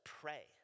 pray